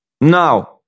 Now